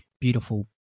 beautiful